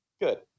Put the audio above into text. good